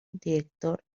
director